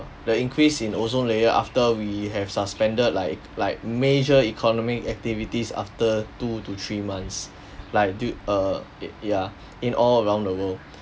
the increase in ozone layer after we have suspended like like major economic activities after two to three months like do err it yeah in all around the world